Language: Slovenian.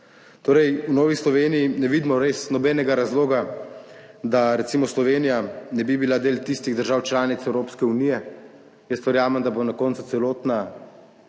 Torej, v Novi Sloveniji ne vidimo res nobenega razloga, da recimo Slovenija ne bi bila del tistih držav članic Evropske unije - jaz verjamem, da bo na koncu celotna